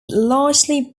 largely